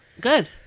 Good